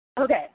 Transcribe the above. okay